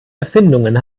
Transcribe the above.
erfindungen